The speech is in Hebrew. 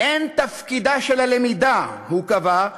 "אין תפקידה של הלמידה" הוא קבע,